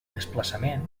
desplaçament